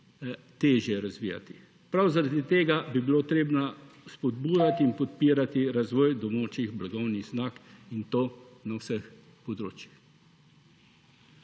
težje razvijati. Prav zaradi tega bi bilo treba spodbujati in podpirati razvoj domačih blagovnih znamk, in to na vseh področjih.